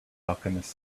alchemist